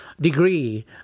degree